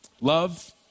love